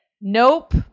nope